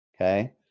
okay